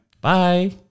bye